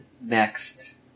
next